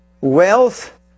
wealth